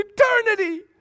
eternity